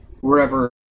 wherever